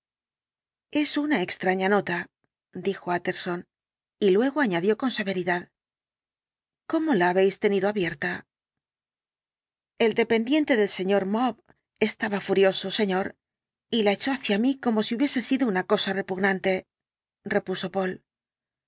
es una extraña nota dijo iltterson y luego añadió con severidad cómo la habéis tenido abierta el dependiente del sr maw estaba furioso señor y la echó hacia mí como si hubiese sido una cosa repugnante repuso poole